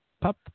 Pop